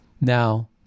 Now